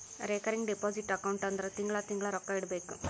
recurring deposit account ಅಂದುರ್ ತಿಂಗಳಾ ತಿಂಗಳಾ ರೊಕ್ಕಾ ಇಡಬೇಕು